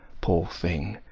poor thing,